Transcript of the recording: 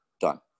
done